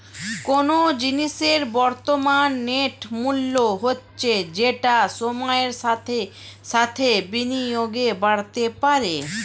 কোনো জিনিসের বর্তমান নেট মূল্য হচ্ছে যেটা সময়ের সাথে সাথে বিনিয়োগে বাড়তে পারে